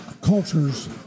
cultures